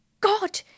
God